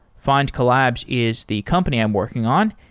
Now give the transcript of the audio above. findcollabs is the company i'm working on.